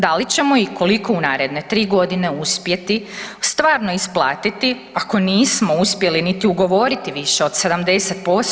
Da li ćemo i koliko u naredne 3 godine uspjeti stvarno isplatiti, ako nismo uspjeli niti ugovoriti više od 70%